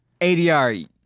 ADR